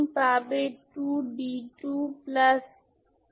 একইভাবে y এবং y হচ্ছে ফিনিট